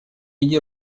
иди